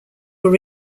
were